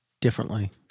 differently